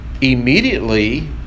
immediately